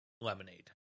lemonade